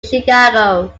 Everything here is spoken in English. chicago